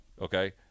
Okay